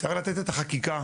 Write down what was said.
צריך לתת את החקיקה.